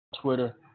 Twitter